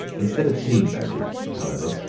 instead of seeing about it, however,